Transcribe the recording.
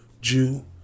Jew